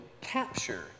capture